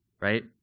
right